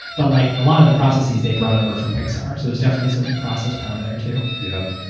but like a lot of the processes they brought over from pixar. there's definitely some process power there too. yup.